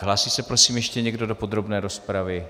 Hlásí se prosím ještě někdo do podrobné rozpravy?